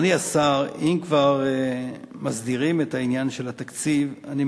היושב-ראש, חברי חברי הכנסת, אני